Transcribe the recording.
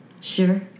Sure